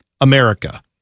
America